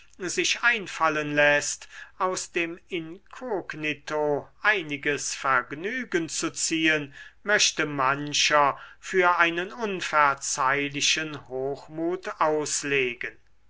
sich einfallen läßt aus dem inkognito einiges vergnügen zu ziehen möchte mancher für einen unverzeihlichen hochmut auslegen